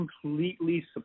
completely